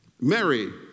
Mary